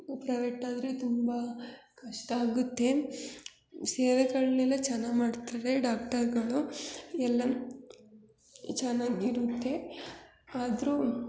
private ಆದರೆ ತುಂಬ ಕಷ್ಟ ಆಗುತ್ತೆ ಸೇವೆಗಳನ್ನೆಲ್ಲ ಚೆನ್ನಾಗಿ ಮಾಡ್ತಾರೆ ಡಾಕ್ಟರ್ಗಳು ಎಲ್ಲ ಚೆನ್ನಾಗಿರುತ್ತೆ ಆದರೂ